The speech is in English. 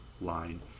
line